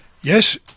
Yes